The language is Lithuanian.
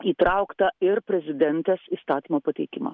įtrauktą ir prezidentės įstatymo pateikimą